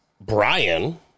Brian